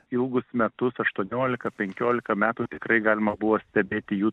ilgus metus aštuoniolika penkiolika metų tikrai galima buvo stebėti jų